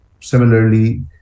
Similarly